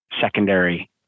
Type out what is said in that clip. secondary